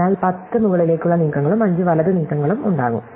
അതിനാൽ 10 മുകളിലേക്കുള്ള നീക്കങ്ങളും 5 വലത് നീക്കങ്ങളും ഉണ്ടാകും